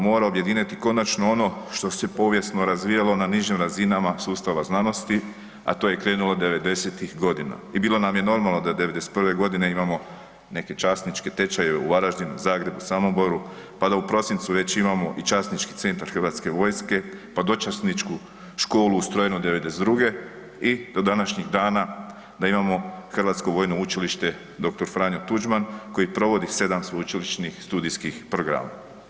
Mora objediniti konačno ono što se povijesno razvijalo na nižim razinama sustava znanosti, a to je krenulo '90.-tih godina i bilo nam je normalno da '91.g. imamo neke časničke tečajeve u Varaždinu, Zagrebu, Samoboru, pa da u prosincu već imamo i Časnički centar HV-a, pa Dočasničku školu ustrojenu '92.-ge i do današnjih dana da imamo Hrvatsko vojno učilište dr. Franjo Tuđman koji provodi 7 sveučilišnih studijskih programa.